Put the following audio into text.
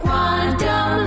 Quantum